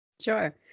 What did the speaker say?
Sure